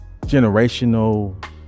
generational